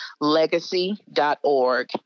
legacy.org